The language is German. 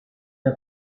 der